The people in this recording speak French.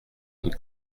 une